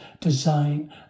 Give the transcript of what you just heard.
design